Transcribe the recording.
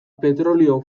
petrolio